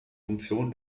funktion